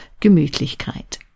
Gemütlichkeit